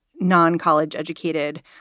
non-college-educated